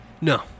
no